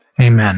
Amen